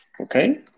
Okay